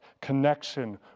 connection